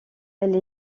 elle